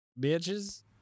bitches